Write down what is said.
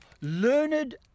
learned